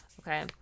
okay